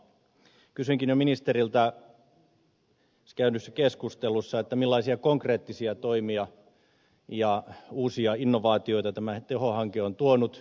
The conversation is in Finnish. kysyinkin jo ministeriltä käydyssä keskustelussa millaisia konkreettisia toimia ja uusia innovaatioita tämä teho hanke on tuonut